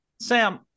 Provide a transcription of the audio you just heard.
Sam